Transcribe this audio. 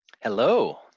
Hello